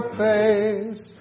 face